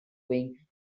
wing